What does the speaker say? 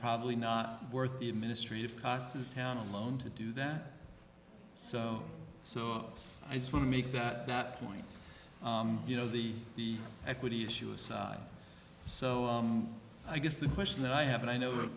probably not worth the administrative cost to the town alone to do that so so i just want to make that point you know the the equity issue aside so i guess the question that i have and i know